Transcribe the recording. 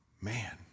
Man